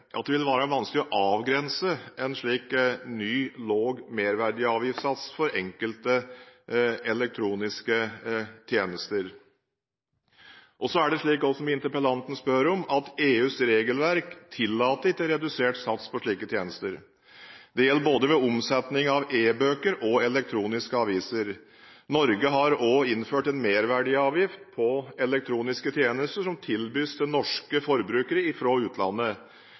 at det vil være vanskelig å avgrense en slik ny, lav merverdiavgiftssats for enkelte elektroniske tjenester. Det er også slik, som interpellanten spør om, at EUs regelverk ikke tillater redusert sats på slike tjenester. Det gjelder ved omsetning av både e-bøker og elektroniske aviser. Norge har også innført en merverdiavgift på elektroniske tjenester fra utlandet som tilbys norske forbrukere.